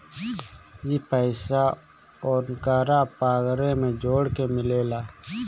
ई पइसा ओन्करा पगारे मे जोड़ के मिलेला